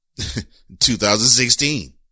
2016